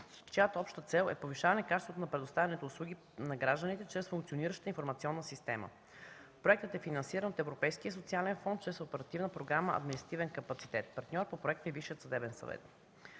чиято обща цел е повишаване качеството на предоставените услуги на гражданите чрез функционираща информационна система. Проектът е финансиран от Европейския социален фонд чрез Оперативна програма „Административен капацитет”. Партньор по проекта е Висшият съдебен съвет.